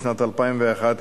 בשנת 2001,